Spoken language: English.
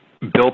built